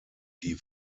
die